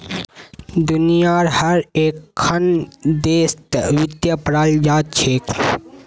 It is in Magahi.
दुनियार हर एकखन देशत वित्त पढ़ाल जा छेक